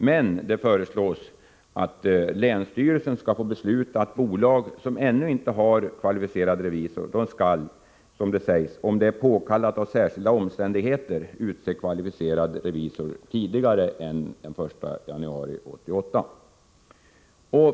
Men det föreslås att länsstyrelsen skall få besluta att bolag som ännu inte har kvalificerad revisor ”om det är påkallat av särskilda omständigheter” skall utse kvalificerad revisorer tidigare än den 1 januari 1988.